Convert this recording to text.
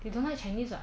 you don't like chinese [what]